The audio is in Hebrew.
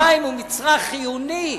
המים הם מצרך חיוני.